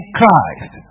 Christ